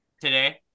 today